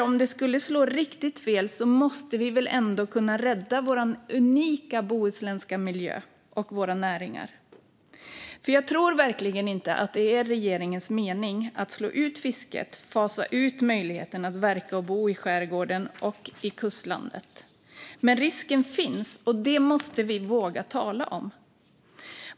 Om det skulle slå riktigt fel måste vi väl ändå kunna rädda vår unika bohuslänska miljö och våra näringar? Jag tror verkligen inte att det är regeringens mening att slå ut fisket och fasa ut möjligheten att verka och bo i skärgården och i kustlandet. Men risken finns, och det måste vi våga tala om.